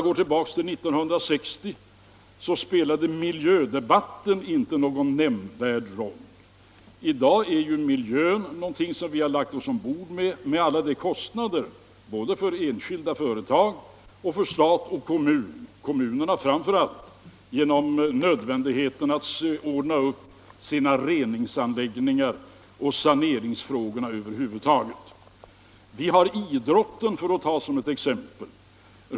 År 1960 spelade miljödebatten inte någon nämnvärd roll. I dag är miljövården något som vi har lagt oss ombord med — med alla de kostnader den medför både för enskilda företag och för stat och kommuner, kommunerna framför allt genom nödvändigheten att ordna reningsanläggningar och lösa saneringsfrågorna över huvud taget. Vi har idrotten, för att ta ett annat exempel.